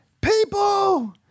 People